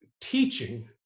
teaching